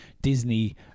Disney